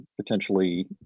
potentially